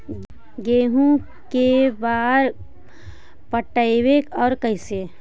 गेहूं के बार पटैबए और कैसे?